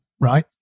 Right